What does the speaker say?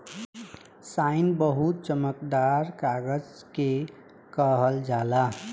satin बहुत चमकदार कागज के कहल जाला